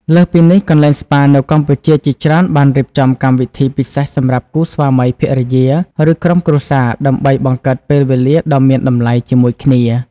លើសពីនេះ កន្លែងស្ប៉ានៅកម្ពុជាជាច្រើនបានរៀបចំកម្មវិធីពិសេសសម្រាប់គូស្វាមីភរិយា ឬក្រុមគ្រួសារដើម្បីបង្កើតពេលវេលាដ៏មានតម្លៃជាមួយគ្នា។